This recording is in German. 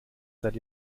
seit